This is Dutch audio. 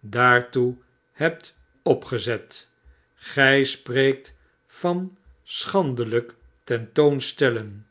daartoe hebt opgezet gij spreekt van schandelijk ten toon stellen